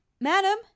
madam